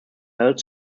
held